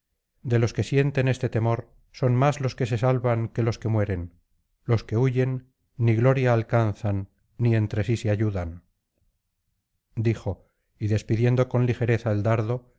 de los que sienten este temor son más los que se salvan que los que mueren los que huyen ni gloria alcanzan ni entre sí se ayudan dijo y despidiendo con ligereza el dardo